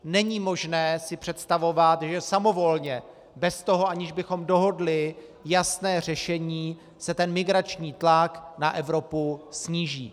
Není možné si představovat, že samovolně, bez toho, aniž bychom dohodli jasné řešení, se migrační tlak na Evropu sníží.